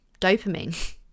dopamine